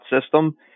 system